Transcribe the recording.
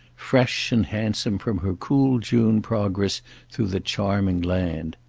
fresh and handsome from her cool june progress through the charming land.